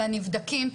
על הנבדקים.